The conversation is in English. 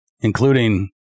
including